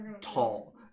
tall